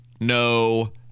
no